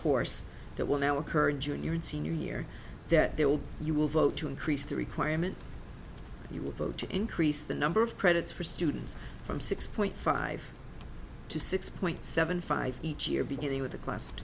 course that will now occur junior and senior year that there will you will vote to increase the requirement that you will vote to increase the number of credits for students from six point five to six point seven five each year beginning with the class